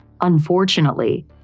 Unfortunately